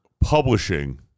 publishing